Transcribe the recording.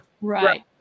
Right